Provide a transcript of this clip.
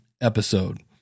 episode